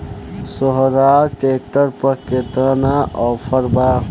सोहराज tractor पर केतना offer बा?